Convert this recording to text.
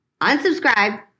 unsubscribe